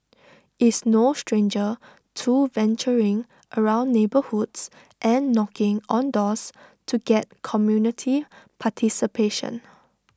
is no stranger to venturing around neighbourhoods and knocking on doors to get community participation